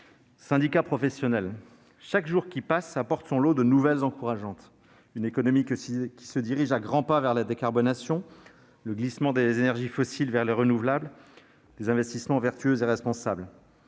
syndicats professionnels. Chaque jour qui passe apporte son lot de nouvelles encourageantes : une économie qui se dirige à grands pas vers la décarbonation, le glissement des énergies fossiles vers les énergies renouvelables, des investissements vertueux et responsables